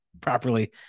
properly